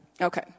Okay